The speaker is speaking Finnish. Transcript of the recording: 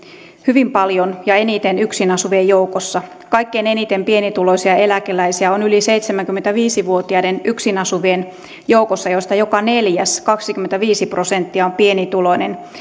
hyvin paljon ja eniten yksin asuvien joukossa kaikkein eniten pienituloisia eläkeläisiä on yli seitsemänkymmentäviisi vuotiaiden yksin asuvien joukossa joista joka neljäs kaksikymmentäviisi prosenttia on pienituloinen